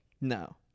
no